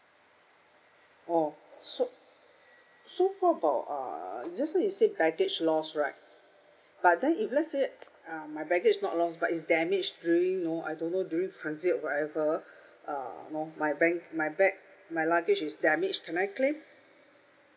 oh so so what about uh just now you say baggage lost right but then if let's say um my baggage not lost but is damage during you know I don't know during transit or whatever uh know my bank my bag my luggage is damage can I claim